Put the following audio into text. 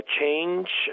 change